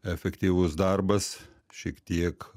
efektyvus darbas šiek tiek